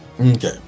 okay